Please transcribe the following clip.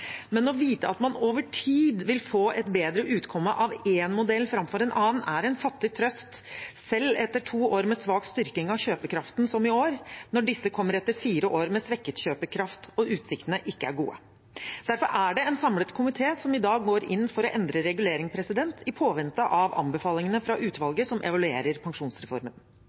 Men å vite at man over tid vil få et bedre utkomme av en modell framfor en annen, er en fattig trøst, selv etter to år med svak styrking av kjøpekraften, som i år, når disse kommer etter fire år med svekket kjøpekraft og utsiktene ikke er gode. Derfor er det en samlet komité som i dag går inn for å endre regulering, i påvente av anbefalingene fra utvalget som evaluerer pensjonsreformen.